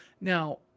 now